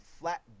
flat